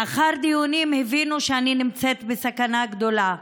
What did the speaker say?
לאחר דיונים הבינו שאני נמצאת בסכנה גדולה.